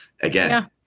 again